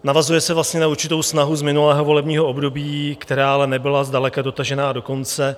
Navazuje se na určitou snahu z minulého volebního období, která ale nebyla zdaleka dotažena do konce.